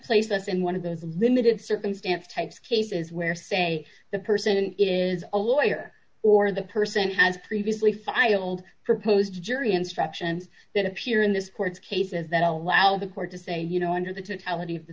place us in one of those limited circumstance types cases where say the person is a lawyer or the person has previously filed proposed jury instructions that appear in the sports cases that allow the court to say you know under the t